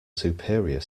superior